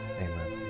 Amen